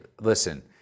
listen